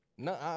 No